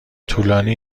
طولانی